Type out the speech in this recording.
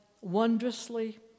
Wondrously